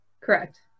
Correct